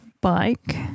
bike